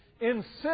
insist